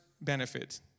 benefit